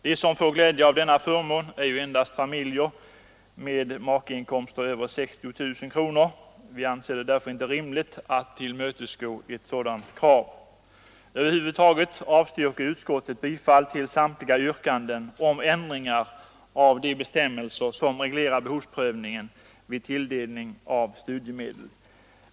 De som får glädje av denna förmån är endast familjer med makeinkomster över 60 000 kronor. Jag anser det därför inte rimligt att tillmötesgå ett sådant krav. Över huvud taget avstyrker utskottet bifall till samtliga yrkanden om ändringar i de bestämmelser som reglerar behovsprövningen vid tilldelning av studiemedel.